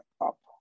up